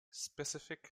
specific